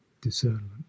discernment